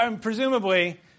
Presumably